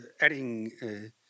adding